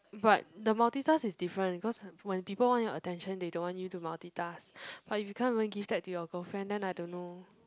but the multitask is different because when people want your attention they don't want you to multitask but if you can't even give that to your girlfriend then I don't know